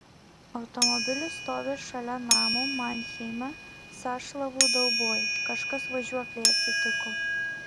automobilis stovi šalia namo manheime sąšlavų dauboj kažkas važiuoklei atsitiko